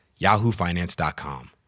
yahoofinance.com